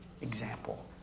example